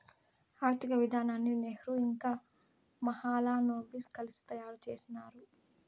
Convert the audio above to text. ఆర్థిక విధానాన్ని నెహ్రూ ఇంకా మహాలనోబిస్ కలిసి తయారు చేసినారు